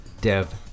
dev